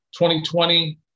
2020